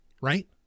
right